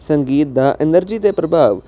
ਸੰਗੀਤ ਦਾ ਐਨਰਜੀ ਦੇ ਪ੍ਰਭਾਵ